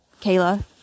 Kayla